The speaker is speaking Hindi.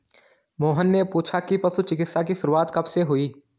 मोहन ने पूछा कि पशु चिकित्सा की शुरूआत कब से हुई?